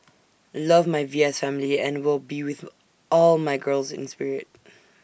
love my V S family and will be with all my girls in spirit